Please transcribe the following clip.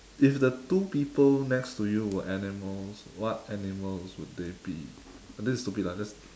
if the two people next to you were animals what animals would they be this is a stupid lah just